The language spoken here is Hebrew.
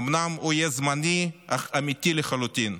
אומנם הוא יהיה זמני, אך אמיתי לחלוטין.